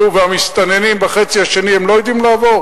נו, והמסתננים לא יודעים לעבור